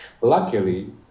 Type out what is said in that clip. luckily